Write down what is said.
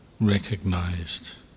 recognized